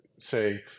say